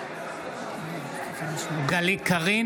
בעד זאב